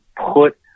put